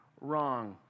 wrong